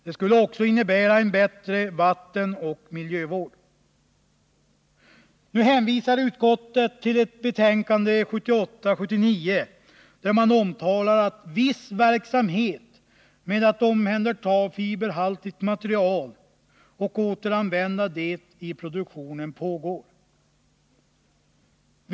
Det skulle också innebära en bättre vattenoch miljövård. Nu hänvisar utskottet till ett betänkande av år 1978/79, där det framhålls att det pågår en viss verksamhet med att omhänderta fiberhaltigt material och återanvända det i produktionen.